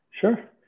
Sure